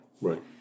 Right